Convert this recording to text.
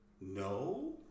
no